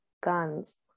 guns